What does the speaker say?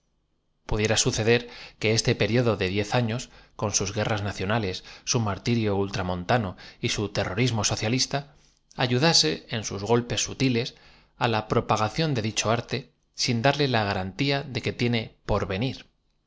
pudiera su ceder que este período de diez años con sus guerras nacionales su martirio ultramontano y su terrorismo socialista ayudase en sus golpes sutiles á la propa gación de dicho arte sin darle la garantía de que tie ne